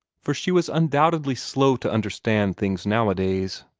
for she was undoubtedly slow to understand things nowadays.